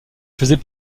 faisait